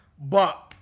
but-